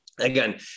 Again